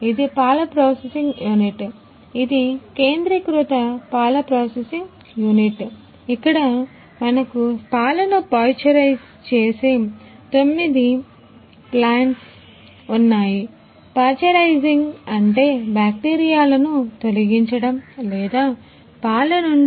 ఇది పాల processing unit ఇది కేంద్రీకృత పాల ప్రాసెసింగ్ యూనిట్ విభాగం